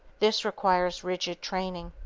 this requires rigid training.